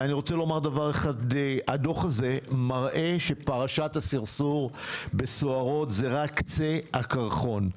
הדוח הזה מראה שפרשת הסרסור בסוהרות זה רק קצה הקרחון.